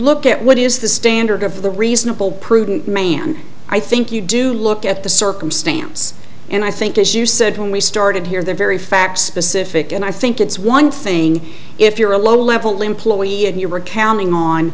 look at what is the standard of the reasonable prudent man i think you do look at the circumstance and i think as you said when we started here the very fact specific and i think it's one thing if you're a low level employee and you were counting on